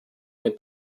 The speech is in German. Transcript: mit